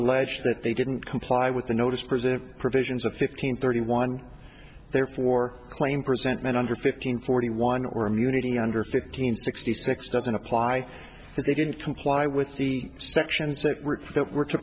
alleged that they didn't comply with the notice present provisions of fifteen thirty one therefore claim present and under fifteen forty one or immunity under fifteen sixty six doesn't apply if they didn't comply with the sections that were that were to